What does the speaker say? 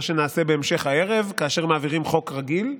שנעשה בהמשך הערב כאשר מעבירים חוק רגיל?